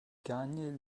gagne